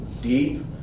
deep